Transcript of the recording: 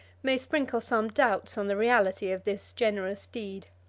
may sprinkle some doubts on the reality of this generous deed.